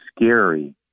scary